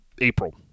April